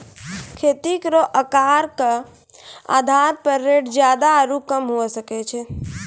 खेती केरो आकर क आधार पर रेट जादा आरु कम हुऐ सकै छै